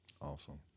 Awesome